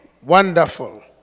Wonderful